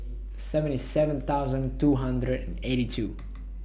seventy seven thousand two hundred eighty two